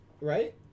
right